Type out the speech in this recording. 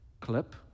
clip